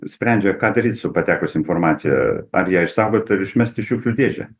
sprendžia ką daryt su patekusia informacija ar ją išsaugot ar išmest į šiukšlių dėžę